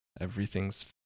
Everything's